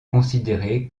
considérée